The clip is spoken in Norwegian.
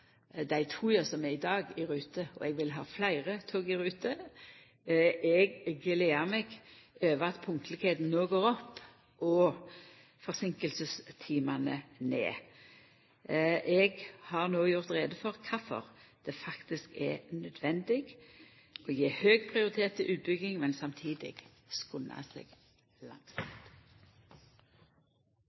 dei toga som er i dag, i rute, og eg vil ha fleire tog i rute. Eg gleder meg over at punktlegheita no går opp og timane med forseinking ned. Eg har no gjort greie for kvifor det faktisk er nødvendig å gje høg prioritet til utbygging, men samtidig